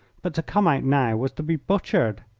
but to come out now was to be butchered.